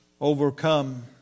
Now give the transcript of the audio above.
overcome